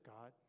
God